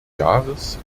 jahres